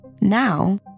Now